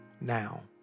now